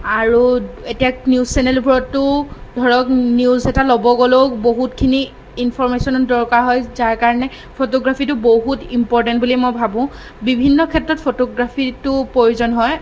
আৰু এতিয়া নিউজ চেনেলবোৰতো ধৰক নিউজ এটা ল'ব গ'লেও বহুতখিনি ইনফৰমেশ্য়নৰ দৰকাৰ হয় যাৰ কাৰণে ফটোগ্ৰাফীটো বহুত ইম্প'ৰ্টেণ্ট বুলি মই ভাবোঁ বিভিন্ন ক্ষেত্ৰত ফটোগ্ৰাফীটো প্ৰয়োজন হয়